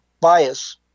bias